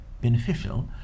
beneficial